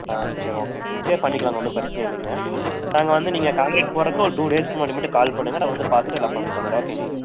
ஆ சரி ஓகே ஓகேங்க சரி பண்ணிக்கலாங்க ஒன்றும் பிரச்சனை இல்லைங்க நாங்கள் வந்து நீங்கள் காங்கரெட் போடுறக்கு ஒரு டூ டேஸ்க்கு முன்னாடி மட்டும் கால் பண்ணுங்கள் நாங்கள் வந்து பார்த்துட்டு எல்லா பண்ணி தந்துடுறோம் ஓகேங்களா